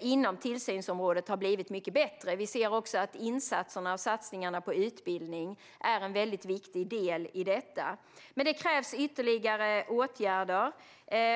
inom tillsynsområdet har blivit mycket bättre. Vi ser också att insatserna och satsningarna på utbildning är en viktig del i detta. Men det krävs ytterligare åtgärder,